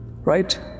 right